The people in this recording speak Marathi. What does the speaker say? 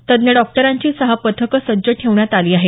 तज्ज्ञ डॉक्टरांची सहा पथकं सज्ज ठेवण्यात आली आहेत